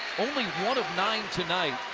only one of nine tonight,